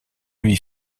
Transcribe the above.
lui